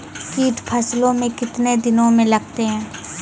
कीट फसलों मे कितने दिनों मे लगते हैं?